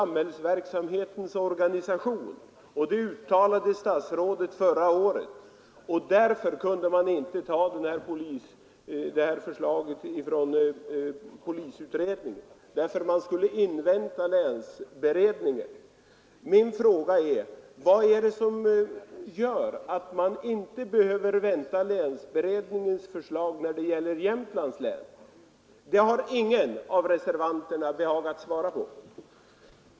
Det uttalade statsrådet förra året. Man kunde inte anta förslaget från polisutredningen, eftersom man skulle invänta länsberedningen. Min fråga är: Varför behöver man inte vänta på länsberedningens förslag när det gäller Jämtlands län? Det har ingen av reservanterna behagat svara på.